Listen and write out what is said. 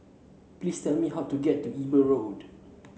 please tell me how to get to Eber Road